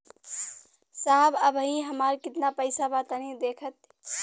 साहब अबहीं हमार कितना पइसा बा तनि देखति?